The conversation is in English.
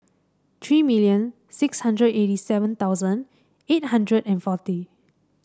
three million six hundred eighty seven thousand eight hundred and forty